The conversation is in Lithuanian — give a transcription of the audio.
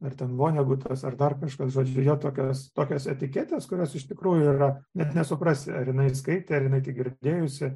ar ten vonegutas ar dar kažkas žodžiu tokias tokios etiketės kurios iš tikrųjų yra net nesuprasi ar jinai skaitė ar jinai tik girdėjusi